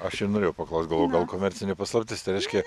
aš ir norėjau paklaust galvojau gal komercinė paslaptis tai reiškia